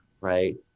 right